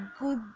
good